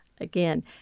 again